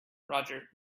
roger